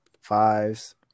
Fives